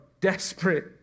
desperate